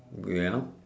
okay ah